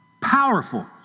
Powerful